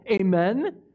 Amen